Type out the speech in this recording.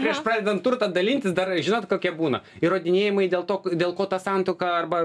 prieš pradedant turtą dalintis dar žinot kokie būna įrodinėjimai dėl to dėl ko ta santuoka arba